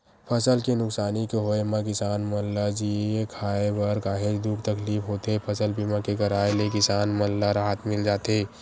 फसल के नुकसानी के होय म किसान मन ल जीए खांए बर काहेच दुख तकलीफ होथे फसल बीमा के कराय ले किसान मन ल राहत मिल जाथे